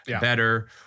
better